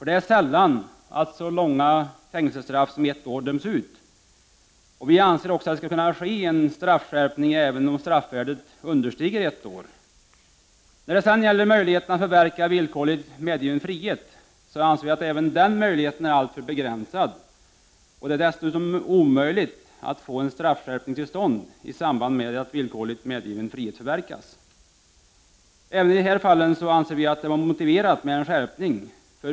Det är sällan så långa fängelsestraff som ett år döms ut. Vi anser också att det skall kunna ske en straffskärpning även om straffvärdet understiger ett år. När det sedan gäller möjligheten att förverka villkorligt medgiven frihet anser vi att även den möjligheten är alltför begränsad. Det är dessutom nästan omöjligt att få en straffskärpning till stånd i samband med att villkorligt medgiven frihet förverkas. Även i de här fallen anser vi det vara motiverat med en skärpning.